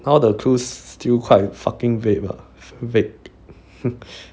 now the clues still quite fucking vague ah vague